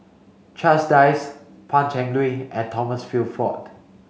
Charles Dyce Pan Cheng Lui and Thomas Shelford